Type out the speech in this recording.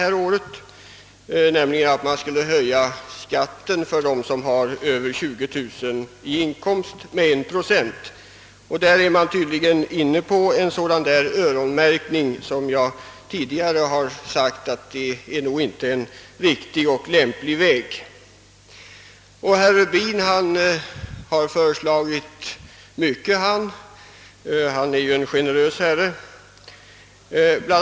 Ett sådant förslag är att man skulle höja skatten med 1 procent för dem som har över 20 000 kronor i inkomst — där är man tydligen inne på en sådan öronmärkning som enligt vad jag tidigare har sagt nog inte är någon riktig och lämplig åtgärd. Herr Rubin har föreslagit mycket — han är ju en generös herre! Bl.